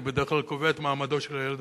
הוא בדרך כלל קובע את מעמדו של הילד בכיתה,